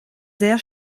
sehr